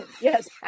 Yes